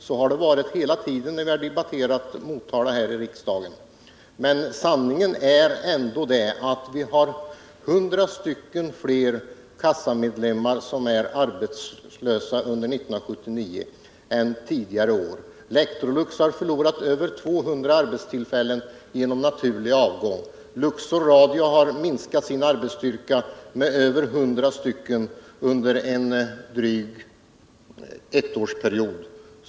Så har det varit hela tiden när vi har debatterat Motala här i riksdagen. Sanningen är att hundra fler kassamedlemmar i Motala var arbetslösa 1979 än tidigare år. Electrolux har förlorat över 200 arbetstillfällen genom naturlig avgång. Luxor Radio har minskat sin arbetsstyrka med över 100 personer under en dryg ettårsperiod.